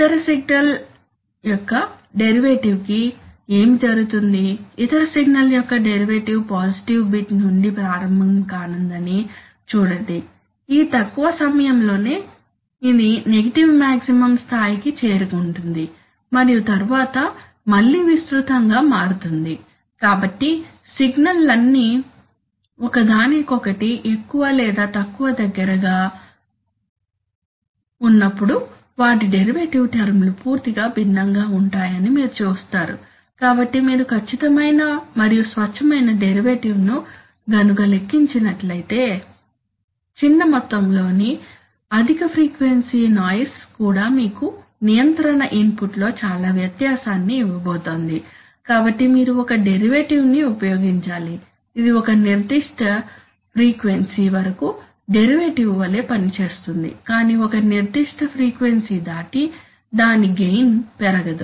ఇతర సిగ్నల్ యొక్కడెరివేటివ్ కి ఏమి జరుగుతుంది ఇతర సిగ్నల్ యొక్క డెరివేటివ్ పాజిటివ్ బిట్ నుండి ప్రారంభం కానుందని చూడండి ఈ తక్కువ సమయంలోనే ఇది నెగటివ్ మాక్సిమం స్థాయికి చేరుకుంటుంది మరియు తరువాత మళ్ళీ విస్తృతంగా మారుతుంది కాబట్టి సిగ్నల్ లన్ని ఒకదానికొకటి ఎక్కువ లేదా తక్కువ దగ్గరగా ఉన్నప్పుడు వాటి డెరివేటివ్ టర్మ్ లు పూర్తిగా భిన్నంగా ఉంటాయని మీరు చూస్తారు కాబట్టి మీరు ఖచ్చితమైన మరియు స్వచ్ఛమైన డెరివేటివ్ ను గనుక లెక్కించినట్లయితే చిన్న మొత్తం లో ని అధిక ఫ్రీక్వెన్సీ నాయిస్ కూడా మీకు నియంత్రణ ఇన్పుట్లో చాలా వ్యత్యాసాన్ని ఇవ్వబోతోంది కాబట్టి మీరు ఒక డెరివేటివ్ ని ఉపయోగించాలి ఇది ఒక నిర్దిష్ట ఫ్రీక్వెన్సీ వరకు డెరివేటివ్ వలె పనిచేస్తుంది కాని ఒక నిర్దిష్ట ఫ్రీక్వెన్సీ దాటి దాని గెయిన్ పెరగదు